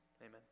Amen